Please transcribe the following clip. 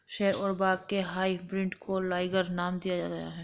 शेर और बाघ के हाइब्रिड को लाइगर नाम दिया गया है